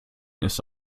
ist